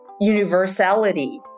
universality